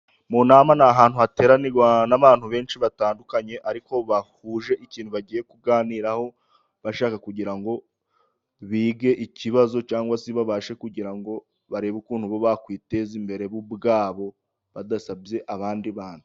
Mu nama ni ahantu hateranira abantu benshi batandukanye ariko bahuje ikintu bagiye kuganiraho, bashaka kugira ngo bige ikibazo cyangwa se babashe kugira ngo barebe ukuntu bakwiteza imbere ubwabo, badasabye abandi bantu.